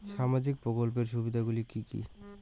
সামাজিক প্রকল্পের সুবিধাগুলি কি কি?